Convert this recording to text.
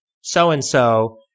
so-and-so